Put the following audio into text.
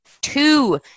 Two